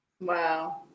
wow